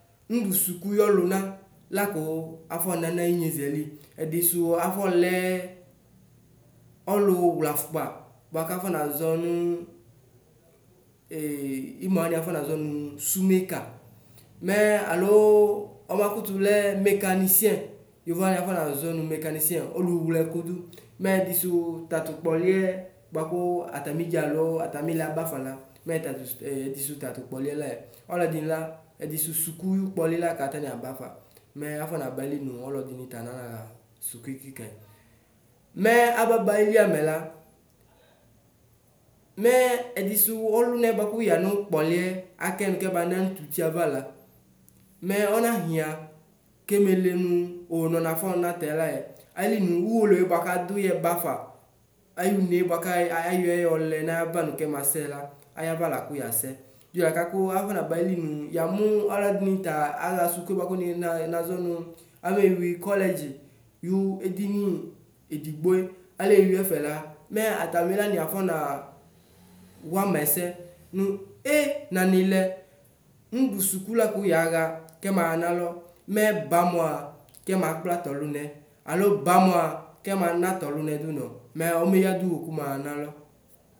Nudu suku yɔluna laku afɔna nu ayinyezɛli ɛdisu afɔlɛ, ɔluwlɛ afukpa buaku afɔnazɔ nu ina alo wani afɔnazɔ nu sumeka, mɛ alo ɔbakulɛ mekanisiɛ yovo wani afɔ nazɔnu mekanisiɛ ɔluwle ɛkudu mɛdisu tatʋ kpɔlɩɛ buaku atamidza alo atamilɛ abafala mɛ tadisu mɛ ɛdisu tatʋ kpɔliɛlɛ alɔdoni la ɛdisu suku yu kpɔli laku atani abafa, mɛ afɔnaba ayilinu ɔladini ta nanaxa suku kikɛ. Mɛ ababa ayi amɛla, mɛ ɛdisʋ ɔlunɛ buaku yanu kpɔlɩɛ akɛ nu kɛbana nututie avala, mɛ ɔnaxia kɛmele nu o nɔnafɔ natɛ layɛ ayilenu uwolowu buaka duyɛ bafa ayʋnɛ buaka ayɔayɔɛ yɔlɛ nayava nu kɛmasɛ la ayava laku yasɛ dulaku afɔlaba ayinʋ yamu aluɛdini tala axa sukue buaku nina nazɔnu alewi kɔlɛdzi yu edini edigboe alewi ɛfɛla mɛ atamilani afɔna wama ɛsɛ nue nanɩlɛ nudu suku laku yaxa kema nalɔ, mɛ bʋ mʋa ke ma kplatʋlʋlɛ alo bʋ mʋa ke ma natɔlʋlɛ dunɔ, mɛ ɔmeya dʋ ɔkuma nalɔ.